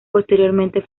posteriormente